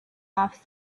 off